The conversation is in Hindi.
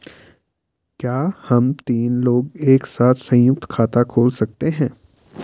क्या हम तीन लोग एक साथ सयुंक्त खाता खोल सकते हैं?